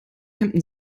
hemden